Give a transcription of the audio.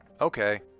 okay